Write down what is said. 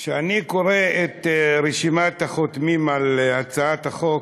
כשאני קורא את רשימת החותמים על הצעת החוק,